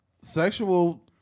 sexual